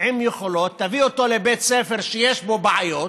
עם יכולות ותביא אותו לבית ספר שיש בו בעיות,